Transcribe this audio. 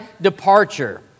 departure